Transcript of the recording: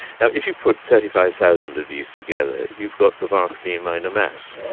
now, if you put thirty five thousand of these together, you've got the bach b minor mass